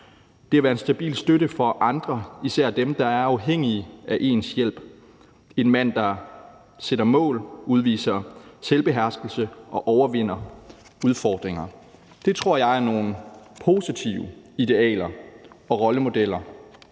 er at være en stabil støtte for andre, især dem, der er afhængige af ens hjælp, en mand, der sætter mål, udviser selvbeherskelse og overvinder udfordringer. Det tror jeg er nogle positive idealer og rollemodeller,